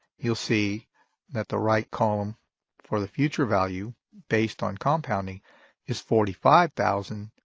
you'll see that the right column for the future value based on compounding is forty five thousand